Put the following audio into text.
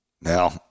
Now